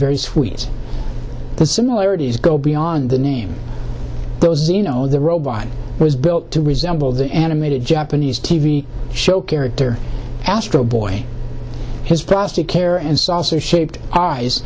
very sweet the similarities go beyond the name those you know the robot was built to resemble the animated japanese t v show character astro boy his prostate care and saucer shaped